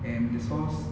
and the sauce